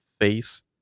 face